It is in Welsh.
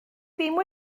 ddim